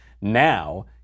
Now